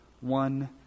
one